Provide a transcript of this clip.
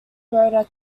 rotor